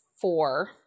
four